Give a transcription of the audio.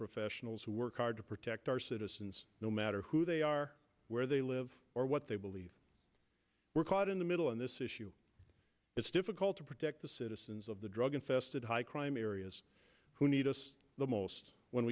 professionals who work hard to protect our citizens no matter who they are where they live or what they believe were caught in the middle on this issue it's difficult to protect the citizens of the drug infested high crime areas who need us the most when